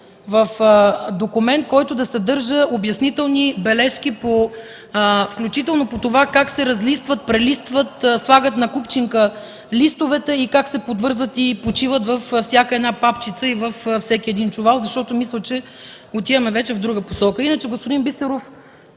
в документ, който да съдържа обяснителни бележки, включително по това как се разлистват, прелистват, слагат на купчинка листовете и как се подвързват и подшиват във всяка една папчица и във всеки един чувал, защото мисля, че вече отиваме в друга посока.